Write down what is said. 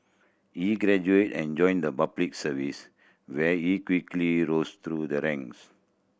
he graduated and joined the Public Service where he quickly rose through the ranks